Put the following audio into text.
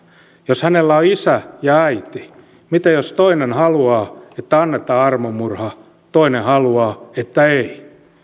jos hänellä on isä ja äiti mitä jos toinen haluaa että annetaan armomurha ja toinen haluaa että ei